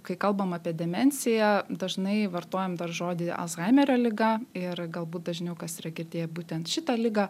kai kalbam apie demenciją dažnai vartojam dar žodį alzhaimerio liga ir galbūt dažniau kas yra girdėję būtent šitą ligą